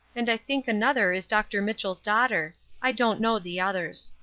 and i think another is dr. mitchell's daughter. i don't know the others.